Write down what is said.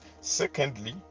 secondly